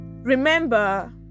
Remember